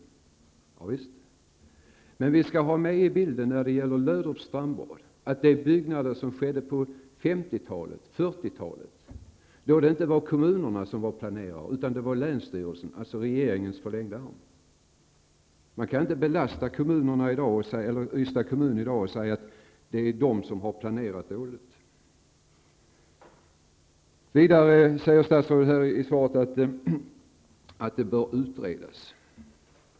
Ja visst, men man skall ha med i bilden att byggnaderna vid Löderups strandbad uppfördes på 40 och 50-talen, då det inte var kommunen som planerade utan länsstyrelsen, alltså regeringens förlängda arm. Man kan inte i dag belasta Ystads kommun för detta genom att säga att det är den som har planerat dåligt. Vidare säger statsrådet i svaret att detta bör utredas.